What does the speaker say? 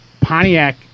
Pontiac